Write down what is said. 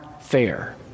fair